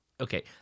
Okay